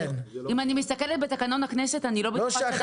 אם אני מסתכלת בתקנון הכנסת, אני לא בטוחה שזה